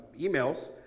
emails